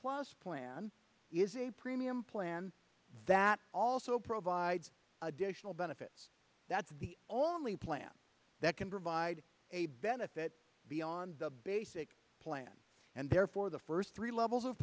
plus plan is a premium plan that also provides additional benefits that's the only plan that can provide a benefit beyond the basic plan and therefore the first three levels of